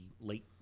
late